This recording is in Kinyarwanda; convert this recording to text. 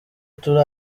turi